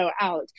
out